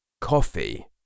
coffee